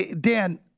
Dan